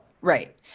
Right